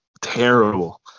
terrible